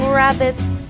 rabbits